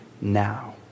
now